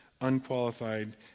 unqualified